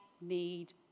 need